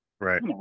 Right